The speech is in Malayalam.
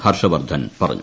ഹർഷവർധൻ പറഞ്ഞു